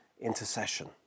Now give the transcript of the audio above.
intercession